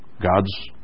God's